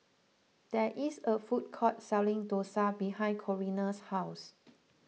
there is a food court selling Dosa behind Corrina's house